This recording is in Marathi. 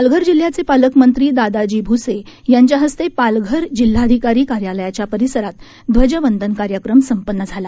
पालघर जिल्ह्याचे पालकमंत्री दादाजी भ्से यांच्या हस्ते पालघर जिल्हाधिकारी कार्यालयाच्या परिसरात ध्वजवंदन कार्यक्रम संपन्न झाला